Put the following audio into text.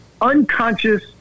unconscious